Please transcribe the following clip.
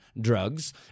drugs